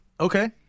Okay